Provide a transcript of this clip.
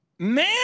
Man